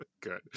Good